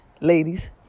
Ladies